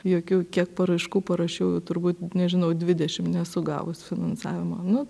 jokių kiek paraiškų parašiau turbūt nežinau dvidešim nesu gavus finansavimo nu